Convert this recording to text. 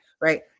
right